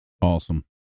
Awesome